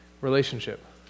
relationship